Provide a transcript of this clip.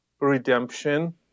redemption